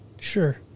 Sure